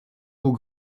aux